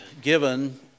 given